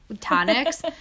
tonics